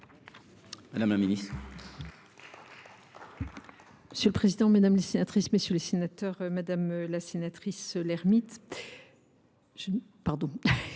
Mme la ministre.